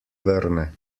vrne